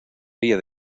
ella